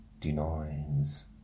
denies